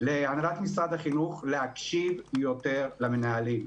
להנהלת משרד החינוך להקשיב יותר למנהלים,